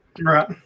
Right